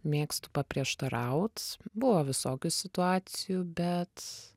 mėgstu paprieštaraut buvo visokių situacijų bet